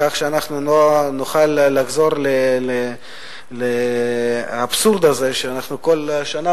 כך שאנחנו לא נוכל לחזור לאבסורד הזה שכל שנה